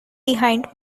behind